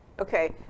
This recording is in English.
Okay